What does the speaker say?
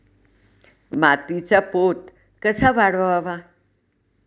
मातीचा पोत कसा वाढवावा?